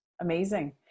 Amazing